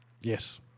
Yes